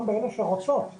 גם באלה שרוצות לפעול,